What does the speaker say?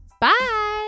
Bye